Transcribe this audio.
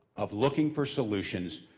of looking for solutions,